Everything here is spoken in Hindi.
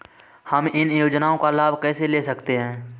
हम इन योजनाओं का लाभ कैसे ले सकते हैं?